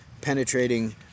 penetrating